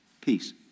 Peace